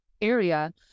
area